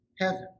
heaven